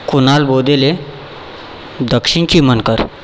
Kunal Bodhile Dakshin Chimankar